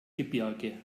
gebirge